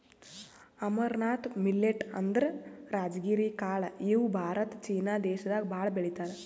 amaranth millet ಅಂದ್ರ ರಾಜಗಿರಿ ಕಾಳ್ ಇವ್ ಭಾರತ ಚೀನಾ ದೇಶದಾಗ್ ಭಾಳ್ ಬೆಳಿತಾರ್